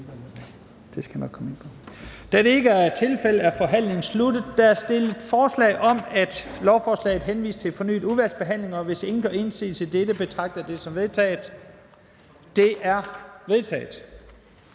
Da det ikke er tilfældet, er forhandlingen sluttet. Der er stillet forslag om, at lovforslaget henvises til fornyet udvalgsbehandling, og hvis ingen gør indsigelse, betragter jeg dette som vedtaget. Det er vedtaget.